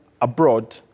abroad